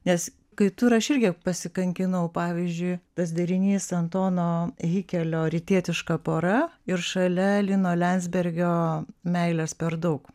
nes kai tu ir aš irgi pasikankinau pavyzdžiui tas derinys antono hikelio rytietiška pora ir šalia lino liandzbergio meilės per daug